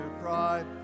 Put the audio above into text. pride